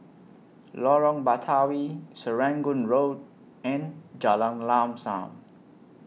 Lorong Batawi Serangoon Road and Jalan Lam SAM